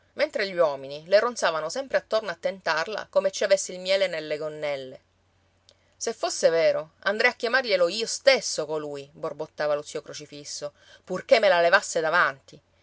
mentre gli uomini le ronzavano sempre attorno a tentarla come ci avesse il miele nelle gonnelle se fosse vero andrei a chiamarglielo io stesso colui borbottava lo zio crocifisso purché me la levasse davanti